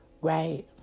right